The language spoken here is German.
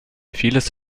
vieles